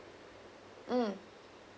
mm